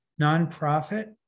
nonprofit